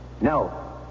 No